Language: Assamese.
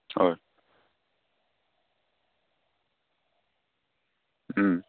হয়